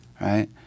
right